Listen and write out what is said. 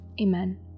amen